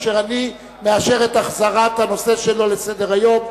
ואני מאשר את החזרת הנושא שלו לסדר-היום,